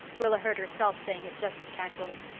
rilla heard herself saying it just as casually.